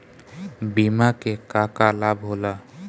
बिमा के का का लाभ होला?